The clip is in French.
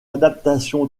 adaptation